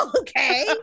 Okay